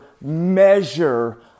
measure